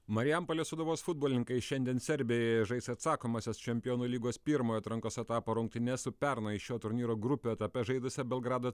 marijampolės sūduvos futbolininkai šiandien serbijoje žais atsakomąsias čempionų lygos pirmojo atrankos etapo rungtynes su pernai šio turnyro grupių etape žaidusia belgrado